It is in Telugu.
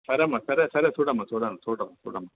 సరే అమ్మా సరే సరే చూడు అమ్మా చూడు చూడు అమ్మా చూడు అమ్మా